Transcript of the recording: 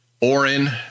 Orin